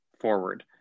forward